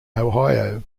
ohio